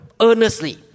earnestly